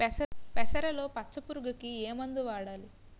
పెసరలో పచ్చ పురుగుకి ఏ మందు వాడాలి?